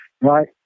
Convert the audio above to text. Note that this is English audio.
right